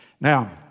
Now